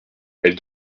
elle